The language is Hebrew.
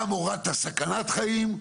גם הורדת סכנת חיים,